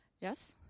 Yes